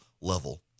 level